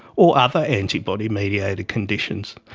or other antibody-mediated conditions.